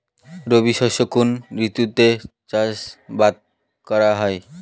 রবি শস্য কোন ঋতুতে চাষাবাদ করা হয়?